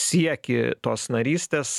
siekį tos narystės